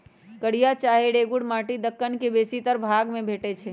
कारिया चाहे रेगुर माटि दक्कन के बेशीतर भाग में भेटै छै